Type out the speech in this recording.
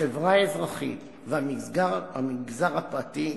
החברה האזרחית והמגזר הפרטי,